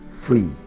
free